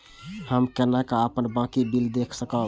हम केना अपन बाँकी बिल देख सकब?